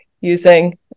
using